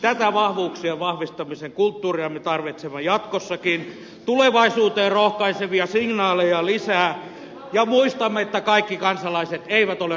tätä vahvuuksien vahvistamisen kulttuuria me tarvitsemme jatkossakin tulevaisuuteen rohkaisevia signaaleja lisää ja muistamme että kaikki kansalaiset eivät ole raamisopimuksen piirissä